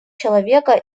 человека